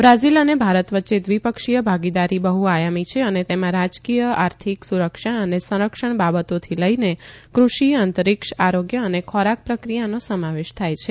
Brazil અને ભારત વચ્ચે દ્વિપક્ષીય ભાગીદારી બહ્ આયામી છે અને તેમાં રાજકીય આર્થિક સુરક્ષા અને સંરક્ષણ બાબતોથી લઈને કૃષિ અંતરિક્ષ આરોગ્ય અને ખોરાક પ્રક્રિયાનો સમાવેશ થાય છે